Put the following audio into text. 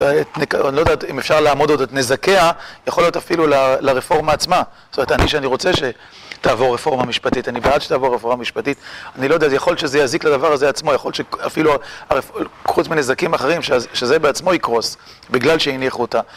אני לא יודע אם אפשר לאמוד עוד את נזקיה, יכול להיות אפילו ל...ל רפורמה עצמה. זאת אומרת, אני, שאני רוצה שתעבור רפורמה משפטית, אני בעד שתעבור רפורמה משפטית, אני לא יודע, זה יכול להיות שזה יזיק לדבר הזה עצמו, יכול להיות שאפילו, חוץ מנזקים אחרים, שזה בעצמו יקרוס, בגלל שהניחו אותה.